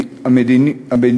מהאופוזיציה יש פה רק שניים.